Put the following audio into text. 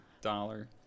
dollar